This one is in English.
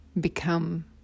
become